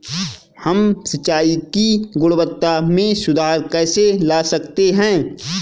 हम सिंचाई की गुणवत्ता में सुधार कैसे ला सकते हैं?